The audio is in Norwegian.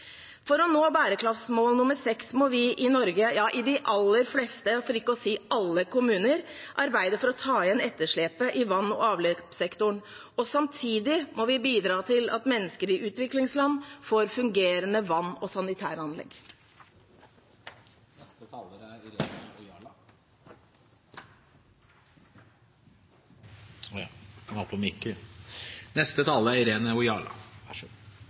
For å nå bærekraftsmål nr. 6 må vi i Norge i de aller fleste kommuner, for ikke å si alle, arbeide for å ta igjen etterslepet i vann- og avløpssektoren. Samtidig må vi bidra til at mennesker i utviklingsland får fungerende vann- og sanitæranlegg. Aktivitet, nærvær og kunnskap er